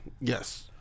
Yes